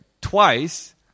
twice